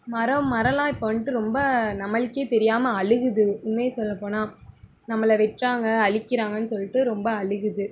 மரம் மரமெல்லாம் இப்போ வந்துட்டு ரொம்ப நம்மளுக்கே தெரியாமல் அழுகுது உண்மையை சொல்லப்போனால் நம்மளை வெட்டுறாங்க அழிக்கிறாங்கன்னு சொல்லிட்டு ரொம்ப அழுகுது